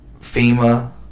FEMA